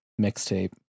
Mixtape